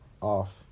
Off